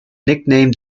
nicknamed